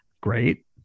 Great